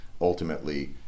ultimately